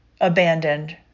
abandoned